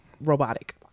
robotic